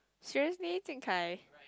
seriously Jing-Kai